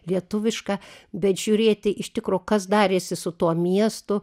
lietuviška bet žiūrėti iš tikro kas darėsi su tuo miestu